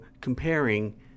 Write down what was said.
comparing